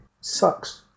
Sucks